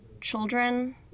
children